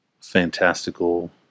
fantastical